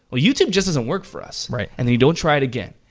well youtube just doesn't work for us. right. and they don't try it again.